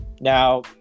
Now